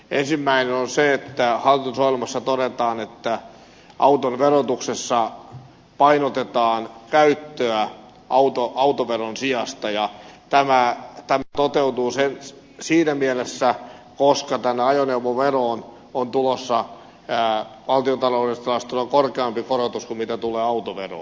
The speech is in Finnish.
ensimmäinen on se että hallitusohjelmassa todetaan että auton verotuksessa painotetaan käyttöä autoveron sijasta ja tämä toteutuu siinä mielessä että tähän ajoneuvoveroon on tulossa tilastollisesti korkeampi korotus kuin mitä tulee autoveroon